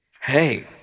Hey